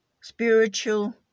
spiritual